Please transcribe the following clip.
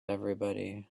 everybody